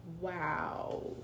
wow